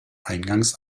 eingangs